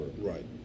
Right